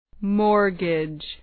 Mortgage